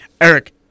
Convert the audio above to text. Eric